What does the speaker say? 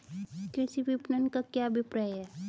कृषि विपणन का क्या अभिप्राय है?